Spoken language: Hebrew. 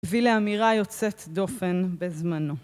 הביא לאמירה יוצאת דופן בזמנו.